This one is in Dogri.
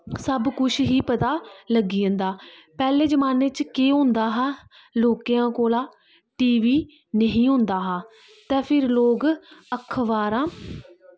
सब कुछ ही पता लग्गी जंदा पैह्ले जमान्ने च केह् होंदा हा लोकेंआं कोला टी वी निही होंदा हा ते फिर लोग अखबारां